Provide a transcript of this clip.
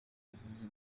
azize